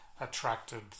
attracted